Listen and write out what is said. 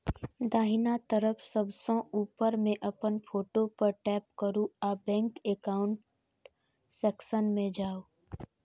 दाहिना तरफ सबसं ऊपर मे अपन फोटो पर टैप करू आ बैंक एकाउंट सेक्शन मे जाउ